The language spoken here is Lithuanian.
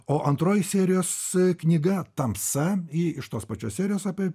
o antroji serijos knyga tamsa ji iš tos pačios serijos apie